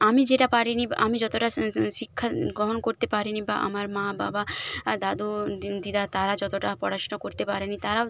আমি যেটা পারিনি বা আমি যতটা শিক্ষা গ্রহণ করতে পারিনি বা আমার মা বাবা দাদু দিদা তারা যতটা পড়াশুনো করতে পারেনি তারাও